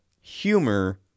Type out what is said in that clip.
humor